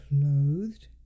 clothed